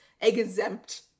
exempt